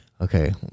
okay